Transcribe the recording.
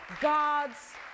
God's